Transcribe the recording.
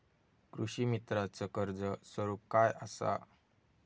कृषीमित्राच कर्ज स्वरूप काय असा?